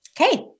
Okay